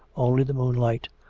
only the moonlight.